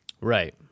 Right